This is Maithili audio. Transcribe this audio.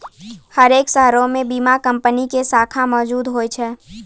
हरेक शहरो मे बीमा कंपनी के शाखा मौजुद होय छै